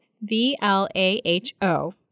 V-L-A-H-O